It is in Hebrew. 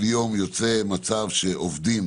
יוצא מצב שעובדים